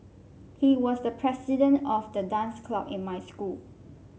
he was the president of the dance club in my school